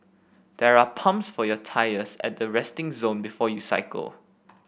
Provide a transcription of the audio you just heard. there are pumps for your tyres at the resting zone before you cycle